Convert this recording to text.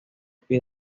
pie